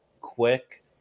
quick